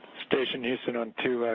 station houston on two,